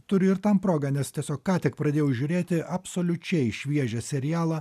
turiu ir tam progą nes tiesiog ką tik pradėjau žiūrėti absoliučiai šviežią serialą